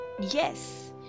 Yes